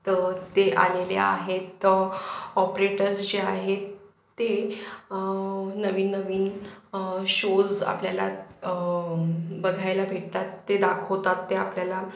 तर ते आलेले आहेत तर ऑपरेटर्स जे आहेत ते नवीन नवीन शोज आपल्याला बघायला भेटतात ते दाखवतात ते आपल्याला